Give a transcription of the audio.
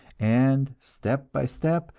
and step by step,